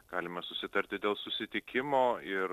galima susitarti dėl susitikimo ir